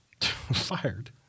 Fired